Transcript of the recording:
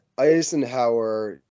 Eisenhower